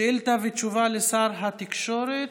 שאילתה ותשובה לשר התקשורת.